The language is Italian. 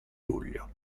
luglio